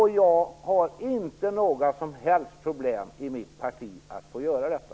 Jag har inte några som helst problem i mitt parti när det gäller att få säga detta.